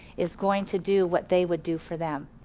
is going to do what they would do for them.